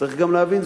צריכים גם להבין,